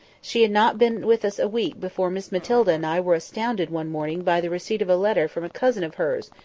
she had not been with us a week before miss matilda and i were astounded one morning by the receipt of a letter from a cousin of hers,